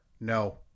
no